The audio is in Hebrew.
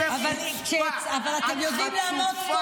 השרה רגב, השרה רגב --- אבל אתם יודעים לעמוד פה